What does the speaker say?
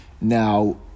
Now